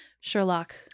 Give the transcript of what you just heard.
Sherlock